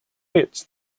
wits